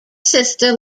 sister